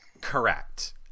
Correct